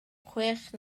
chwech